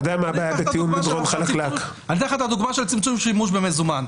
אתן לך את הדוגמה של צמצום שימוש במזומן.